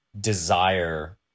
desire